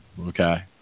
Okay